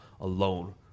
alone